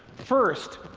first,